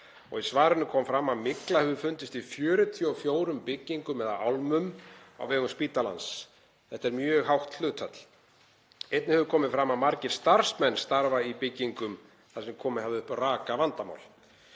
og í svarinu kom fram að mygla hefur fundist í 44 byggingum eða álmum á vegum spítalans. Þetta er mjög hátt hlutfall. Einnig hefur komið fram að margir starfsmenn starfa í byggingum þar sem komið hafði upp rakavandamál.